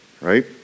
right